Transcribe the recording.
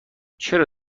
چرا